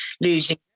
losing